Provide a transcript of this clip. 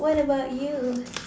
what about you